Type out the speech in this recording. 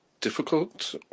difficult